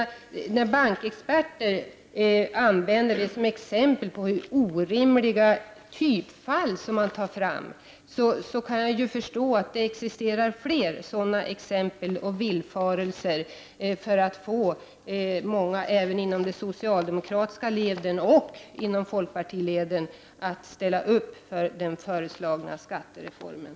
När bankexperter anför att detta är ett exempel på orimliga typfall som tas fram, kan jag förstå att det existerar flera sådana exempel och villfarelser, som används för att få många, även inom de socialdemokratiska och folkpartistiska leden, att ställa upp för den föreslagna skattereformen.